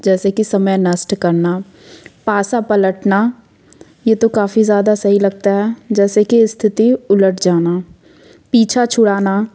जैसे कि समय नष्ट करना पासा पलटना ये तो काफ़ी ज़्यादा सही लगता है जैसे कि स्थिति उलट जाना पीछा छुड़ाना